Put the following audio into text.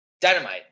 Dynamite